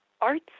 arts